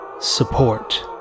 support